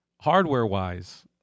Hardware-wise